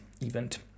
event